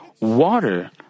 water